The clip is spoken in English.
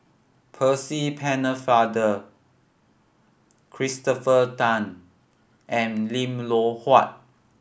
Percy Pennefather Christopher Tan and Lim Loh Huat